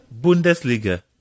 Bundesliga